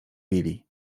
billy